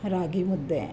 ರಾಗಿಮುದ್ದೆ